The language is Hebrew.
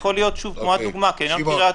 אם אתם שואלים אותי, התביעה